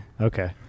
Okay